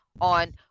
on